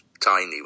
tiny